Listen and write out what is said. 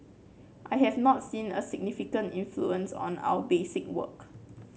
I have not seen a significant influence on our basic work